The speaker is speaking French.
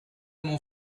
mon